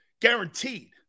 guaranteed